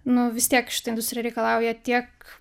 nu vis tiek šita industrija reikalauja tiek